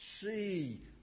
see